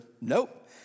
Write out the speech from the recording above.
nope